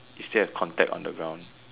you still have contact on the ground